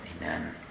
Amen